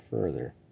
further